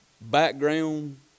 background